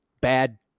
bad